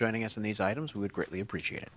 joining us in these items would greatly appreciate